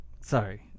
Sorry